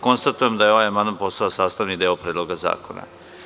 Konstatujem da je ovaj amandman postao sastavni deo Predloga zakona.